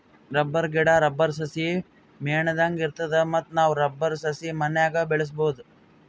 rubber ಗಿಡಾ, rubber ಸಸಿ ಮೇಣದಂಗ್ ಇರ್ತದ ಮತ್ತ್ ನಾವ್ ರಬ್ಬರ್ ಸಸಿ ಮನ್ಯಾಗ್ ಬೆಳ್ಸಬಹುದ್